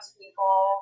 people